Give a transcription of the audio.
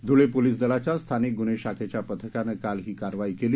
Dhule police दलाच्या स्थानिक गुन्हे शाखेच्या पथकानं काल ही कारवाई केली